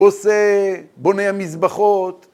עושה בוני המזבחות.